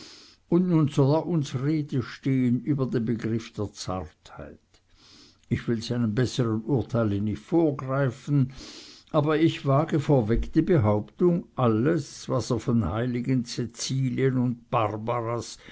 und nun soll er uns rede stehen über den begriff der zartheit ich will seinem bessern urteile nicht vorgreifen aber ich wage vorweg die behauptung alles was er von heiligen cäcilien und barbaras